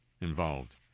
involved